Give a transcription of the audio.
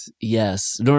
Yes